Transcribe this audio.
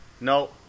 No